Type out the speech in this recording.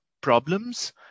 problems